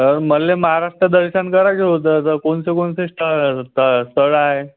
तर मला महाराष्ट्र दर्शन करायचं होतं तर कोणते कोणते स्थळ स्थळं स्थळं आहे